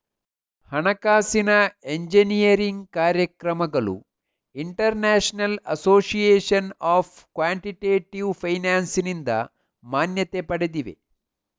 ಹಣಕಾಸಿನ ಎಂಜಿನಿಯರಿಂಗ್ ಕಾರ್ಯಕ್ರಮಗಳು international association of quantitative ಫೈನಾನ್ಸಿನಿಂದ ಮಾನ್ಯತೆ ಪಡೆದಿವೆ